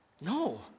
No